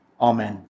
Amen